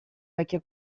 vecchia